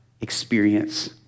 experience